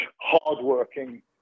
hardworking